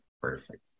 Perfect